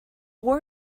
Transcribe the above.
war